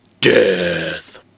death